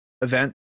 event